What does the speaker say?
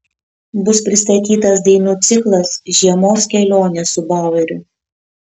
bus pristatytas dainų ciklas žiemos kelionė su baueriu